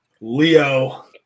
Leo